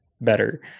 better